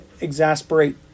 exasperate